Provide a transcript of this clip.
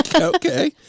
Okay